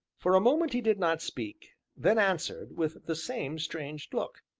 for a moment he did not speak, then answered, with the same strange look